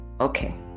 Okay